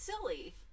silly